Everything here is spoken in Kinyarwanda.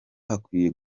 hakwiye